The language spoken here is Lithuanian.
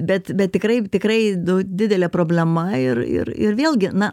bet bet tikrai tikrai nu didelė problema ir ir ir vėlgi na